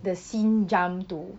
the scene jump to